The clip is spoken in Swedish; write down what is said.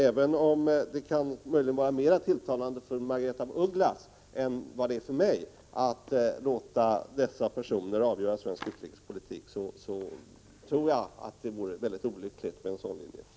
Även om det möjligen kan vara mera tilltalande för Margaretha af Ugglas än det är för mig att låta dessa avgöra svensk utrikespolitik, tror jag att en sådan linje vore mycket olycklig.